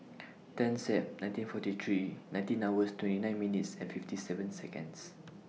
ten Sep nineteen forty three nineteen twenty nine minutes and fifty seven Seconds